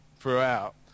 throughout